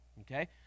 Okay